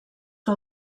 que